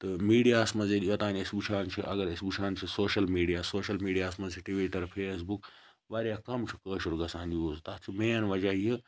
تہٕ میٖڈیاہَس مَنٛز ییٚلہِ یوٚتانۍ أسۍ وٕچھان چھِ اَگَر أسۍ وٕچھان چھِ سوشَل میٖڈیا سوشَل میٖڈیاہَس مَنٛز چھُ ٹُویٖٹَر فیسبُک واریاہ کَم چھُ کٲشُر گَژھان یوٗز تَتھ چھُ مین وَجہَ یہِ